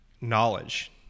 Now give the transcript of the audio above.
knowledge